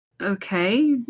Okay